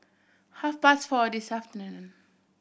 half past four this afternoon